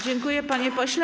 Dziękuję, panie pośle.